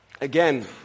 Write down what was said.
again